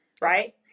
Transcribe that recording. right